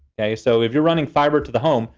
okay? so if you're running fiber to the home,